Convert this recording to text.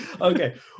okay